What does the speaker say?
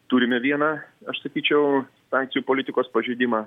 turime vieną aš sakyčiau sankcijų politikos pažeidimą